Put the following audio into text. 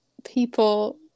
people